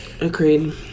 Agreed